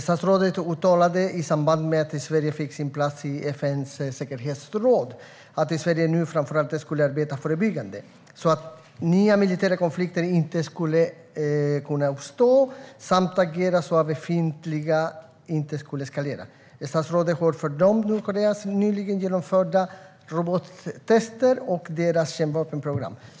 Statsrådet uttalade i samband med att Sverige fick en plats i FN:s säkerhetsråd att vi i Sverige nu framför allt skulle arbeta förebyggande så att nya militära konflikter inte skulle kunna uppstå och agera så att befintliga inte skulle eskalera. Statsrådet har fördömt Nordkoreas nyligen genomförda robottester och deras kärnvapenprogram.